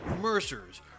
Mercers